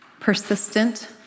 Persistent